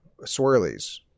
Swirlies